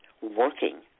working